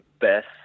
best